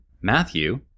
Matthew